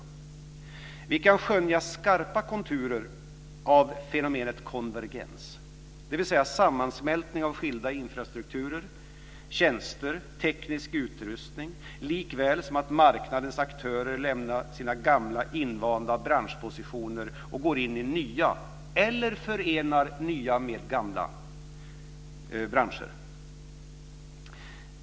Vi kan skönja skarpa konturer av fenomenet konvergens, dvs. sammansmältning av skilda infrastrukturer, tjänster och teknisk utrustning, likväl som att marknadens aktörer lämnar sina gamla invanda branschpositioner och går in i nya eller förenar nya branscher med gamla.